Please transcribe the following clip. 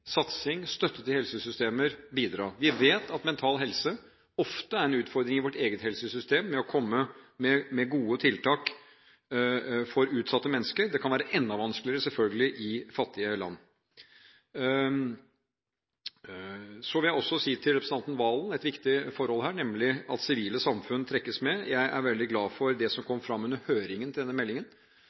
satsing, støtte til helsesystemer? Vi vet at mental helse ofte er en utfordring i vårt eget helsesystem når det gjelder å komme med gode tiltak for utsatte mennesker. Det kan selvfølgelig være enda vanskeligere i fattige land. Til representanten Serigstad Valen vil jeg si noe om et viktig forhold, nemlig at det sivile samfunnet trekkes med. Jeg er veldig glad for det som kom fram under høringen til denne meldingen,